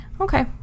okay